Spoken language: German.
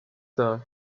dar